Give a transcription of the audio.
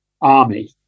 army